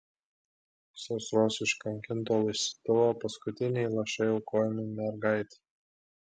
sausros iškankinto laistytuvo paskutiniai lašai aukojami mergaitei